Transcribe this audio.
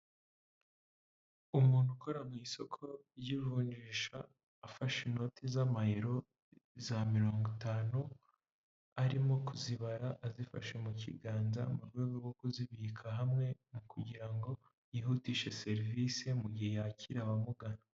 Umuntu ukora mu isoko ry'ivunjisha, afashe inoti z'amayero za mirongo itanu, arimo kuzibara azifashe mu kiganza, mu rwego rwo kuzibika hamwe; kugira ngo yihutishe serivise mu gihe yakira abamugana.